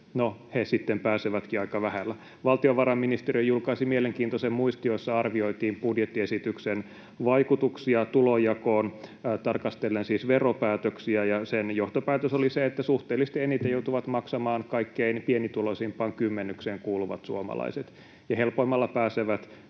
no, he sitten pääsevätkin aika vähällä. Valtiovarainministeriö julkaisi mielenkiintoisen muistion, jossa arvioitiin budjettiesityksen vaikutuksia tulonjakoon tarkastellen siis veropäätöksiä, ja sen johtopäätös oli se, että suhteellisesti eniten joutuvat maksamaan kaikkein pienituloisimpaan kymmenykseen kuuluvat suomalaiset ja helpoimmalla pääsevät